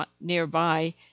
nearby